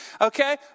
Okay